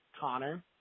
Connor